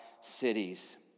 cities